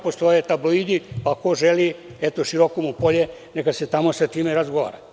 Postoje tabloidi pa ko želi široko mu polje, neka se tamo sa time razgovara.